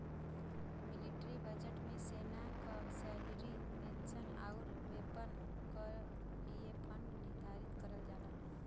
military budget में सेना क सैलरी पेंशन आउर वेपन क लिए फण्ड निर्धारित करल जाला